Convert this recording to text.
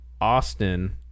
Austin